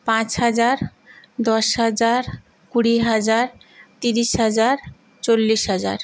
পাঁচ হাজার দশ হাজার কুড়ি হাজার তিরিশ হাজার চল্লিশ হাজার